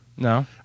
No